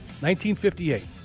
1958